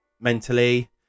mentally